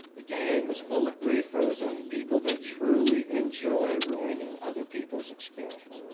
the game is full of griefers and people that truly enjoy ruining other people's experience.